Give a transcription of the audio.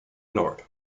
ignored